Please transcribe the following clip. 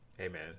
Amen